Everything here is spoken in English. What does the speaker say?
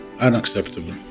unacceptable